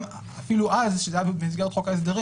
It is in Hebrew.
אפילו אז שזה היה במסגרת חוק ההסדרים,